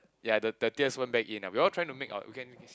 ya the the tears went back in ah we all trying to make our weekend